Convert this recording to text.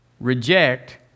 reject